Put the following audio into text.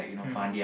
mm